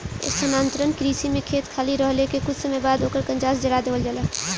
स्थानांतरण कृषि में खेत खाली रहले के कुछ समय बाद ओकर कंजास जरा देवल जाला